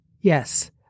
Yes